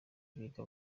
biga